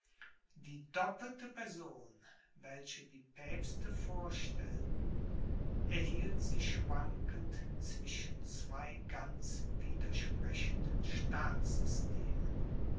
die doppelte person welche die päpste vorstellten erhielt sie schwankend zwischen zwei ganz widersprechenden staatssystemen